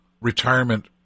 retirement